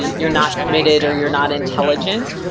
you're not committed or you're not intelligent,